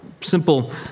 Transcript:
simple